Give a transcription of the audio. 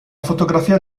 fotografia